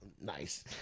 nice